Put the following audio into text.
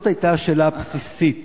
זאת היתה השאלה הבסיסית.